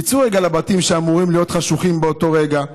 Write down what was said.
תצאו רגע לבתים שאמורים להיות חשוכים באותו רגע,